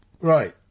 Right